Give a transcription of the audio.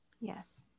Yes